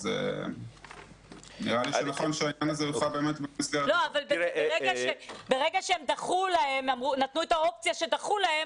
אז נראה לי שנכון --- ברגע שהם נתנו את האופציה של דחייה,